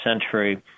century